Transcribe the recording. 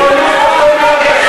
אני מוחה.